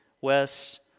Wes